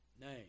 name